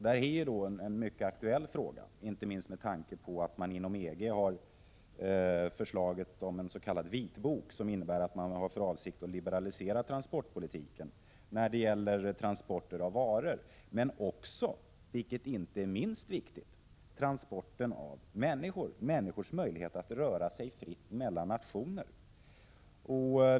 Detta är en mycket aktuell fråga, inte minst med tanke på att man inom EG fört fram förslaget om en s.k. vitbok och avser att liberalisera transportpolitiken i fråga om transporten av varor, men även — vilket inte är minst viktigt — transporten av människor. Det blir alltså fråga om människors möjlighet att röra sig fritt mellan nationer.